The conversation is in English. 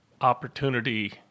opportunity